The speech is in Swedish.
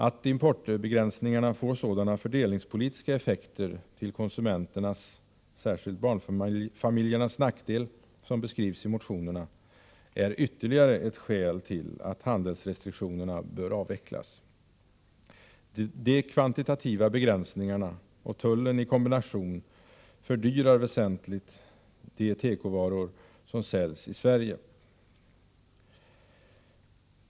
Att importbegränsningarna får sådana fördelningspolitiska effekter till konsumenternas, särskilt barnfamiljernas, nackdel som beskrivs i motionerna är ytterligare ett skäl till att handelsrestriktionerna bör avvecklas. De kvantitativa begränsningarna och tullen i kombination fördyrar väsentligt de tekovaror som säljs i Sverige.